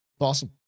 awesome